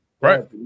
Right